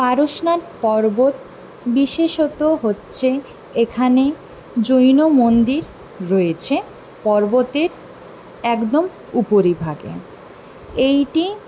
পারশনাথ পর্বত বিশেষত হচ্ছে এখানে জৈন মন্দির রয়েছে পর্বতের একদম উপরিভাগে এইটি